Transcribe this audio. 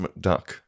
McDuck